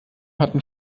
hatten